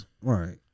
Right